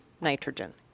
Nitrogen